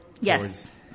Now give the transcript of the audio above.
Yes